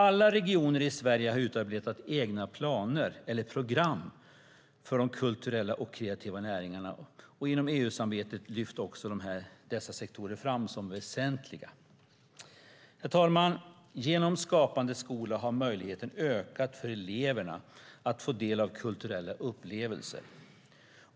Alla regioner i Sverige har utarbetat egna planer eller program för de kulturella och kreativa näringarna, och inom EU-samarbetet lyfts dessa sektorer fram som väsentliga. Herr talman! Genom Skapande skola har möjligheten ökat för eleverna att få del av kulturella upplevelser,